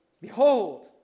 behold